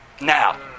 Now